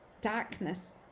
darkness